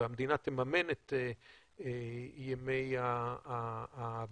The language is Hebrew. והמדינה תממן את ימי הבידוד,